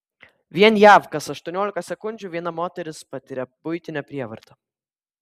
vien jav kas aštuoniolika sekundžių viena moteris patiria buitinę prievartą